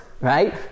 right